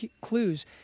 clues